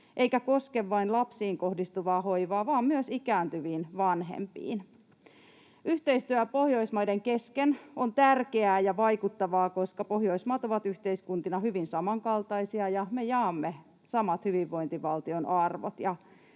eikä koske vain lapsiin kohdistuvaa hoivaa vaan myös ikääntyviin vanhempiin. Yhteistyö Pohjoismaiden kesken on tärkeää ja vaikuttavaa, koska Pohjoismaat ovat yhteiskuntina hyvin samankaltaisia ja me jaamme samat hyvinvointivaltion arvot.